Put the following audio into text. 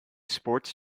sports